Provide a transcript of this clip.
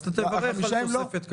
אז אתה תברך על תוספת כזאת?